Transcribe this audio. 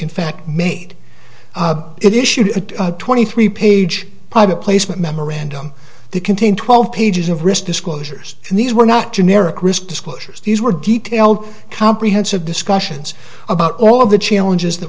in fact made it issued a twenty three page private placement memorandum that contained twelve pages of risk disclosures and these were not generic risk disclosures these were detailed comprehensive discussions about all of the challenges that